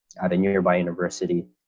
at a nearby university,